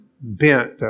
bent